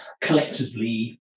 collectively